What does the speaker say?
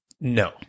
No